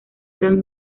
gran